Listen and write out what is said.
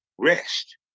rest